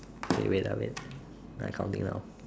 okay wait ah wait I counting now